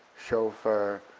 chauffer,